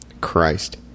Christ